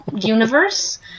universe